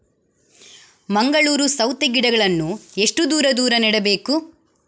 ಮಂಗಳೂರು ಸೌತೆ ಗಿಡಗಳನ್ನು ಎಷ್ಟು ದೂರ ದೂರ ನೆಡಬೇಕು?